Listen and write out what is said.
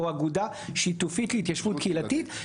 אגיד יותר מזה,